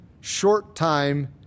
short-time